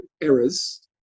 errors